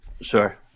Sure